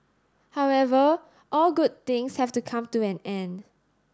however all good things have to come to an end